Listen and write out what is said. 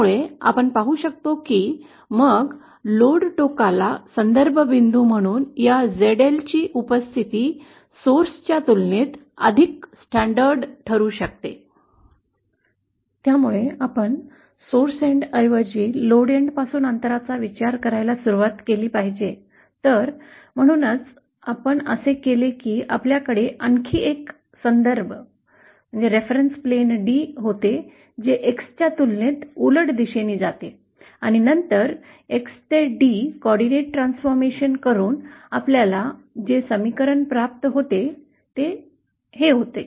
त्यामुळे आपण पाहू शकतो की मग ओझे टोकाला आहे संदर्भ बिंदू म्हणून या ZL ची उपस्थिती स्रोताच्या तुलनेत अधिक मानक संदर्भ ठरू शकते